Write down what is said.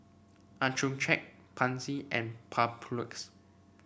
Accucheck Pansy and Papulex